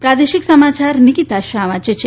પ્રાદેશિક સમાયાર નિકીતા શાહ વાંચે છે